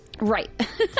Right